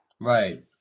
Right